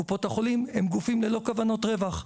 קופות החולים הם גופים ללא כוונות רווח,